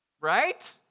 Right